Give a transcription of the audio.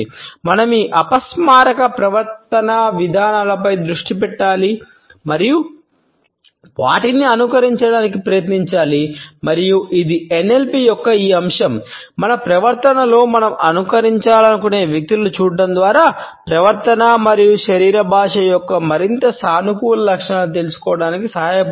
మనం ఈ అపస్మారక ప్రవర్తనా విధానాలపై దృష్టి పెట్టాలి మరియు వాటిని అనుకరించడానికి ప్రయత్నించాలి మరియు ఇది ఎన్ఎల్పి యొక్క ఈ అంశం మన ప్రవర్తనలో మనం అనుకరించాలనుకునే వ్యక్తులను చూడటం ద్వారా ప్రవర్తన మరియు శరీర భాష యొక్క మరింత సానుకూల లక్షణాలను తెలుసుకోవడానికి సహాయపడుతుంది